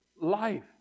life